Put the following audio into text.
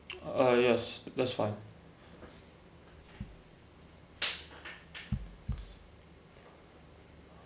uh yes that's fine